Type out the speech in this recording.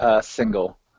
single